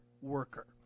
worker